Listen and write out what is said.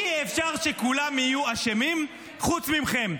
אי-אפשר שכולם יהיו אשמים חוץ ממכם.